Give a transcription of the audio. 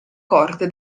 corte